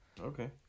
Okay